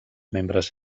membres